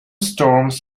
storms